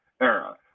era